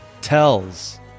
tells